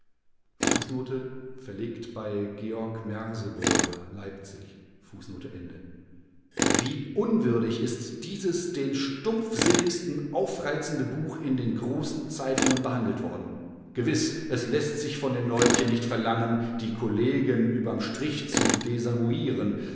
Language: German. verlegt bei georg merseburger leipzig nämlich vom tripoliskriege wie unwürdig ist dieses den stumpfsinnigsten aufreizende buch in den großen zeitungen behandelt worden gewiß es läßt sich von den leutchen nicht verlangen die kollegen überm strich zu desavouieren